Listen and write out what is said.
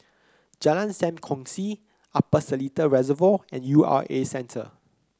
Jalan Sam Kongsi Upper Seletar Reservoir and U R A Centre